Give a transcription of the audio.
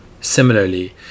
Similarly